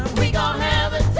we um have a